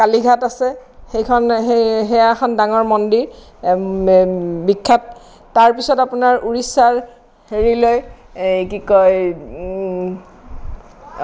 কালীঘাট আছে সেইখন সেয়া এখন ডাঙৰ মন্দিৰ বিখ্য়াত তাৰপিছত আপোনাৰ ঊৰিষ্যাত হেৰিলৈ কি কয়